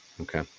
Okay